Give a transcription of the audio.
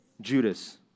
Judas